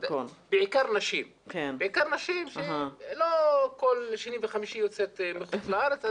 בעיקר נשים שלא כל שני וחמישי יוצאות לחוץ לארץ.